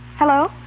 Hello